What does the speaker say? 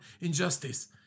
injustice